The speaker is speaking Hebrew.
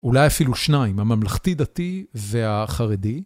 אולי אפילו שניים, הממלכתי דתי והחרדי.